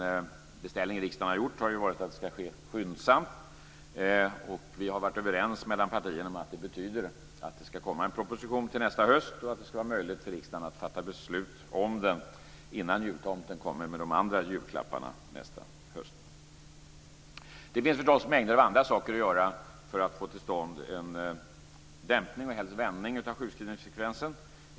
Den beställning som riksdagen har gjort är ju att det ska ske skyndsamt. Partierna har varit överens om att det betyder att det ska komma en proposition nästa höst och att det ska vara möjligt för riksdagen att fatta beslut innan jultomten kommer med de andra julklapparna nästa jul. Det finns förstås mängder av andra saker att göra för att få till stånd en dämpning - och helst en vändning - av sjukskrivningsfrekvensen.